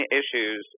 issues